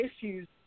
issues